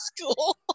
school